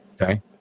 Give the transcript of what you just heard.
okay